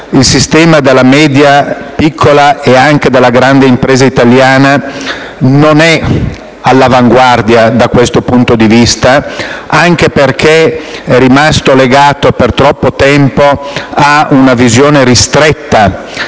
Il sistema italiano della media, piccola e anche della grande impresa non è all'avanguardia da questo punto di vista, anche perché è rimasto legato per troppo tempo ad una visione ristretta